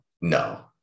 No